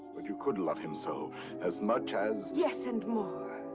but you could love him so, as much as yes, and more!